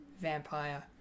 vampire